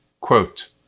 Quote